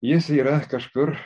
jis yra kažkur